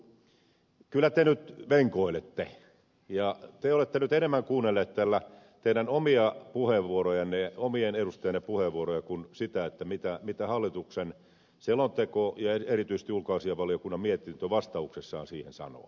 kiuru kyllä te nyt venkoilette ja te olette nyt enemmän kuunnellut täällä teidän omien edustajienne puheenvuoroja kuin sitä mitä hallituksen selonteko ja erityisesti ulkoasiainvaliokunnan mietintö vastauksessaan siihen sanoo